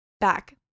back